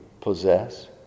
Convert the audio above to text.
possess